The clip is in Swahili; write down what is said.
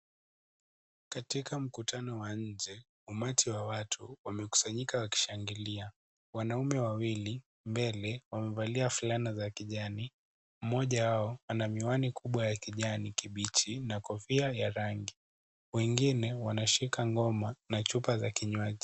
Katika mkutano wa nje, umati wa watu wamekusanyika wakishangilia. Wanaume wawili, mbele, wamevalia fulana za kijani. Mmoja wao ana miwani kubwa ya kijani kibichi na kofia ya rangi. Wengine wanashika ngoma na chupa za kinywaji.